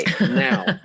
now